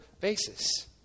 basis